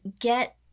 get